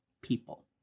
people